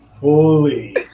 fully